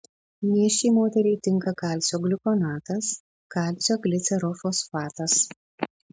nėščiai moteriai tinka kalcio gliukonatas kalcio glicerofosfatas